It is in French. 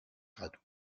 radu